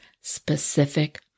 specific